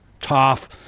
Tough